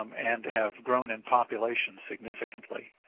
um and have grown in population significantly.